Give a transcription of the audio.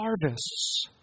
harvests